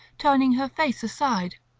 turning her face aside.